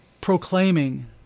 proclaiming